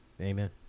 Amen